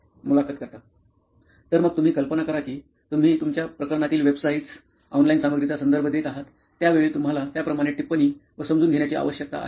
मुलाखत कर्ता तर मग तुम्ही कल्पना करा की तुम्ही तुमच्या प्रकरणातील वेबसाइट्स ऑनलाईन सामग्रीचा संदर्भ देत आहात त्या वेळी तुम्हाला त्याप्रमाणे टिपण्णी व समजून घेण्याची आवश्यकता आहे का